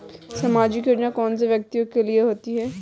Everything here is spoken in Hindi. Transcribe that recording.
सामाजिक योजना कौन से व्यक्तियों के लिए होती है?